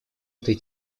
этой